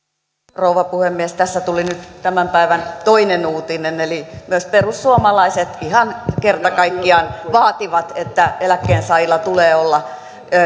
rouva puhemies tässä tuli nyt tämän päivän toinen uutinen eli myös perussuomalaiset ihan kerta kaikkiaan vaativat että eläkkeensaajilla tulee olla